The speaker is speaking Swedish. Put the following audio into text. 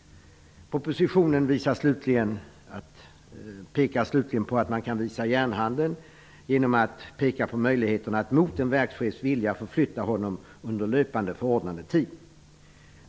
Propositionen pekar slutligen på att man kan visa järnhanden genom att peka på möjligheterna att mot en verkschefs vilja förflytta honom under löpande förordnandetid.